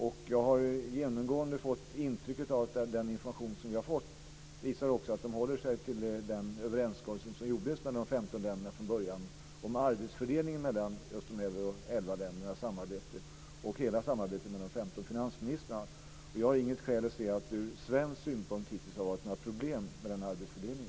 Och jag har genomgående fått intryck av att den information som vi har fått också visar att de håller sig till den överenskommelse som gjordes mellan de 15 länderna från början om arbetsfördelningen mellan just Euro 11-länderna i fråga om samarbete och även i fråga om samarbetet mellan de 15 finansministrarna. Och jag har inget skäl att se att det ur svensk synpunkt hittills har varit några problem med denna arbetsfördelning.